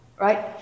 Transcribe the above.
right